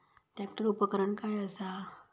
Tractor उपकरण काय असा?